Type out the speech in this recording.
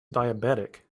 diabetic